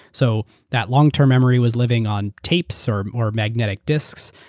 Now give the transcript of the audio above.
so that long-term memory was living on tapes or or magnetic disks.